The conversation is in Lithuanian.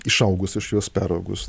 išaugus iš jos peraugus